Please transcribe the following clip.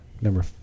number